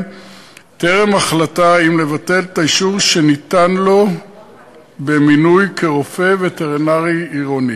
טרם החלטה אם לבטל את האישור שניתן לו במינוי כרופא וטרינר עירוני.